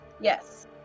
Yes